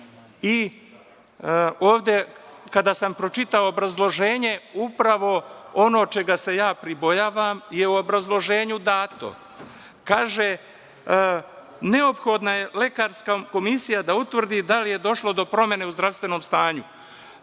invalidi. Kada sam pročitao obrazloženje, upravo ono čega se ja pribojavam je u obrazloženju dato. Kaže: „Neophodna je lekarska komisija da utvrdi da li je došlo do promene u zdravstvenom stanju“.